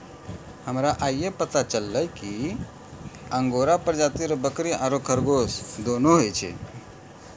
हमरा आइये पता चललो कि अंगोरा प्रजाति के बकरी आरो खरगोश दोनों होय छै